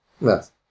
Yes